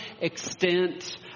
extent